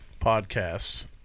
podcasts